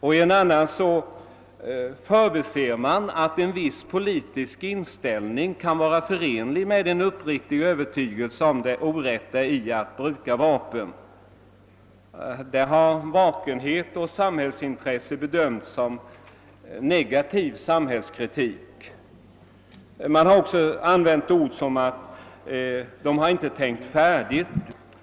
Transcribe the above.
I ett annat fall förbiser man att en viss politisk inställning kan vara förenlig med en uppriktig övertygelse om det orätta i att bruka vapen; där har vakenhet och samhällsintresse bedömts som negativ samhällskritik. Man har också använt ord som att vederbörande inte tänkt färdigt.